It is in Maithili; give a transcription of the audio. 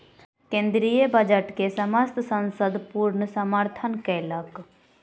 केंद्रीय बजट के समस्त संसद पूर्ण समर्थन केलक